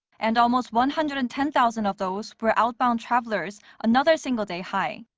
and almost one hundred and ten thousand of those were outbound travelers, another single day high.